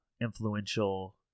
influential